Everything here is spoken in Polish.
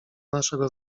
naszego